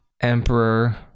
emperor